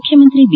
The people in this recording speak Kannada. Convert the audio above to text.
ಮುಖ್ಯಮಂತ್ರಿ ಬಿ